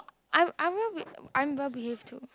I I won't be I am well behave too